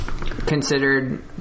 considered